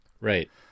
right